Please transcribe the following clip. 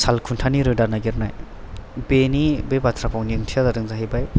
साल खुन्थानि रोदा नागिरनाय बेनि बे बाथ्रा भावनि ओंथिया जादों जाहैबाय